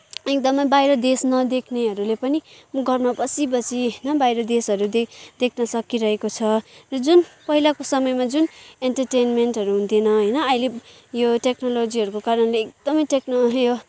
एकदमै बाहिर देशमा देख्नेहरूले पनि घरमा बसी बसी बाहिर देशहरू देख देख्न सकिरहेको छ जुन पहिलाको समयमा जुन इन्टरटेनमेन्टहरू हुन्थेन होइन अहिले यो टेक्नोलोजीहरूको कारणले एकदमै टेक्नो हहह